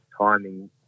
timing